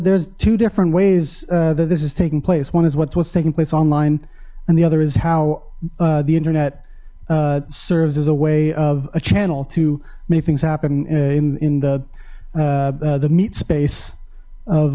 there's two different ways that this is taking place one is what's what's taking place online and the other is how the internet serves as a way of a channel to make things happen in in the the meet space of